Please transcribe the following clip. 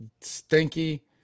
stinky